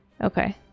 Okay